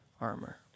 armor